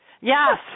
Yes